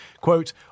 Quote